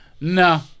no